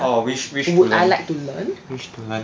oh we should we should learn we should learn